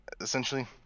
essentially